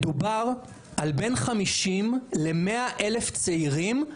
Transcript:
מדובר בבין 50 ל-100 אלף צעירים,